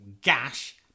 gash